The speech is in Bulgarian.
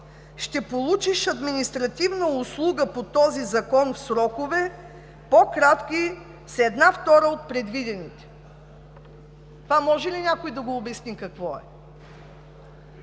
ще получиш административна услуга по този закон в срокове, по-кратки с една втора от предвидените. Това може ли някой да обясни какво е?